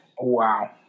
Wow